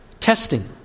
testing